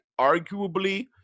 arguably